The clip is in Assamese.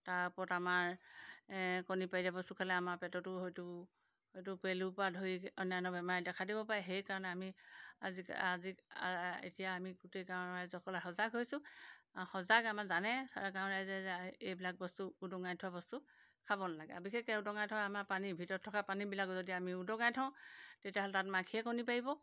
তাৰ ওপৰত আমাৰ কণী পাৰি দিয়া বস্তু খালে আমাৰ পেটটো হয়তো এইটো পেলুৰপৰা ধৰি অন্যান্য বেমাৰে দেখা দিব পাৰে সেইকাৰণে আমি আজিকালি আজি এতিয়া আমি গোটেই গাঁওৰ ৰাইজসকল সজাগ হৈছোঁ আৰু সজাগ আমাৰ জানে চাৰা গাঁও ৰাইজে যে এইবিলাক বস্তু উদঙাই থোৱা বস্তু খাব নালাগে আৰু বিশেষকৈ উদঙাই থোৱা আমাৰ পানী ভিতৰত থকা পানীবিলাক যদি আমি উদঙাই থওঁ তেতিয়াহ'লে তাত মাখিয়ে কণী পাৰিব